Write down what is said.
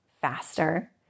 faster